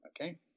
Okay